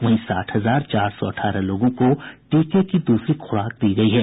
वहीं साठ हजार चार सौ अठारह लोगों को टीके की दूसरी खुराक दी गयी है